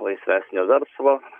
laisvesnio verslo